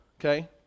okay